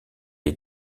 est